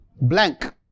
Blank